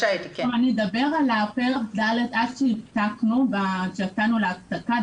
אדבר על פרק ד', על מה שדובר עד שיצאנו להפסקה.